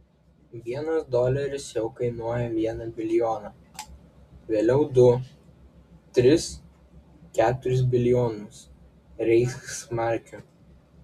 vienas doleris jau kainuoja vieną bilijoną vėliau du tris keturis bilijonus reichsmarkių